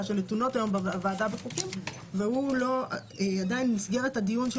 שנתונות היום בוועדה והוא לא במסגרת הדיון של